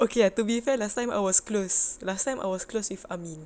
okay to be fair last time I was close last time I was close with amin